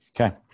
Okay